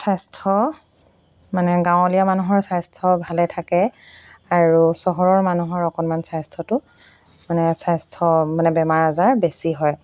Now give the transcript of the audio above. স্বাস্থ্য মানে গাঁৱলীয়া মানুহৰ স্বাস্থ্য ভালে থাকে আৰু চহৰৰ মানুহৰ অকণমান স্বাস্থ্যটো মানে স্বাস্থ্য মানে বেমাৰ আজাৰ বেছি হয়